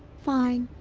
fine.